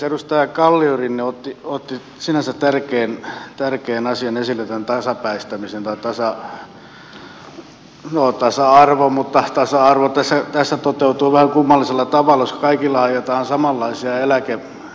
edustaja kalliorinne otti sinänsä tärkeän asian esille tämän tasapäistämisen tai tasa arvon mutta tasa arvo tässä toteutuu vähän kummallisella tavalla jos kaikille aiotaan samanlaisia eläkeasemia ajaa